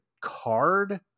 card